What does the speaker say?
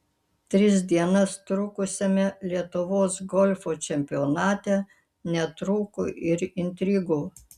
tris dienas trukusiame lietuvos golfo čempionate netrūko ir intrigų